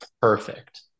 perfect